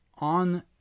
on